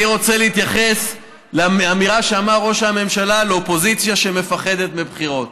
אני רוצה להתייחס לאמירה שאמר ראש הממשלה על אופוזיציה שמפחדת מבחירות.